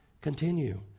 Continue